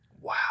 Wow